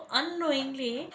unknowingly